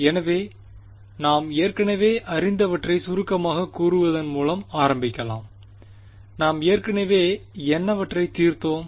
எனவே நாம் ஏற்கனவே அறிந்தவற்றைச் சுருக்கமாகக் கூறுவதன் மூலம் ஆரம்பிக்கலாம் நாம் ஏற்கனவே என்னவற்றை தீர்த்தோம்